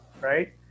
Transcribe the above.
Right